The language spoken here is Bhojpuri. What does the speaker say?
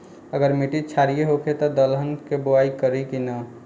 अगर मिट्टी क्षारीय होखे त दलहन के बुआई करी की न?